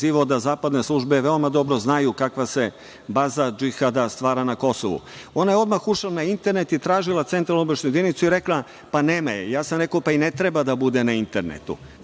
da zapadne službe veoma dobro znaj kakva se baza džihada stvara na Kosovu. Ona je odmah ušla na internet i tražila centralno-obaveštajnu jedinicu i rekla – pa nema je. Rekao sam – pa i ne treba da bude na internetu.